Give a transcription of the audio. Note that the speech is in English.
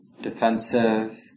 defensive